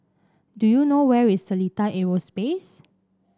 do you know where is Seletar Aerospace